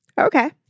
Okay